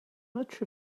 much